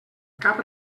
cap